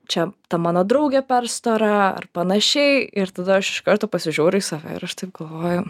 čia ta mano draugė per stora ar panašiai ir tada aš iš karto pasižiūriu į save ir aš taip galvoju